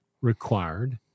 required